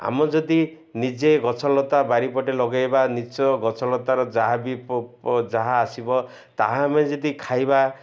ଆମ ଯଦି ନିଜେ ଗଛଲତା ବାରି ପଟେ ଲଗେଇବା ନିଜ ଗଛଲତାର ଯାହା ବି ଯାହା ଆସିବ ତାହା ଆମେ ଯଦି ଖାଇବା